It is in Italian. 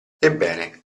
ebbene